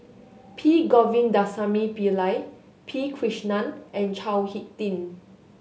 P Govindasamy Pillai P Krishnan and Chao Hick Tin